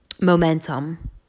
momentum